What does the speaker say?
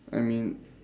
I mean